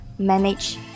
manage